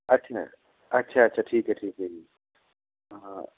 ਅੱਛਾ ਅੱਛਾ ਅੱਛਾ ਠੀਕ ਹੈ ਠੀਕ ਹੈ ਜੀ ਹਾਂ